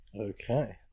Okay